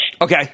Okay